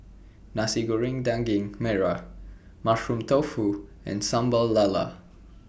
Nasi Goreng Daging Merah Mushroom Tofu and Sambal Lala